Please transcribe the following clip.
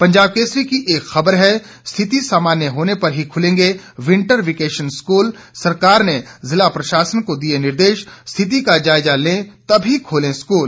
पंजाब केसरी की एक खबर है स्थिति सामान्य होने पर ही खुलेंगे वींटर विकेशन स्कूल सरकार ने ज़िला प्रशासन को दिये निर्देश स्थिति का जायजा लें तभी खोलें स्कूल